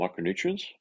micronutrients